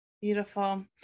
Beautiful